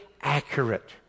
accurate